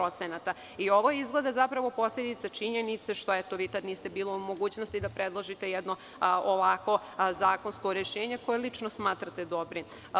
Ovo je izgleda posledica činjenice što, eto, vi tad niste bili u mogućnosti da predložite jedno ovakvo zakonsko rešenje, koje lično smatrate dobrim.